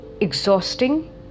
exhausting